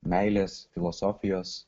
meilės filosofijos